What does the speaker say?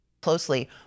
Closely